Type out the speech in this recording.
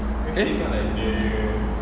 eh